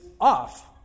off